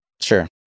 Sure